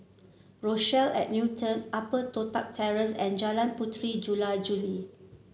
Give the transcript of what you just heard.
Rochelle At Newton Upper Toh Tuck Terrace and Jalan Puteri Jula Juli